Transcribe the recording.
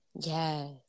yes